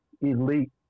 elite